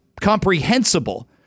comprehensible